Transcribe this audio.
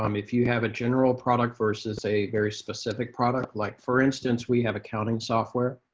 um if you have a general product versus a very specific product. like for instance, we have accounting software.